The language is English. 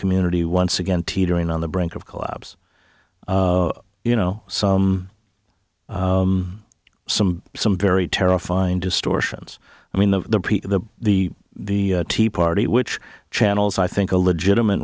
community once again teetering on the brink of collapse you know some some some very terrifying distortions i mean the the the the tea party which channels i think a legitimate